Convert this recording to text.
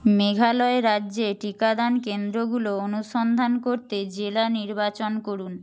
মেঘালয় রাজ্যে টিকাদান কেন্দ্রগুলো অনুসন্ধান করতে জেলা নির্বাচন করুন